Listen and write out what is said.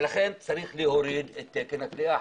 ולכן צריך להוריד את תקן הכליאה,